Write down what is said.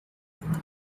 regards